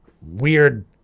weird